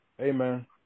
Amen